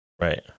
Right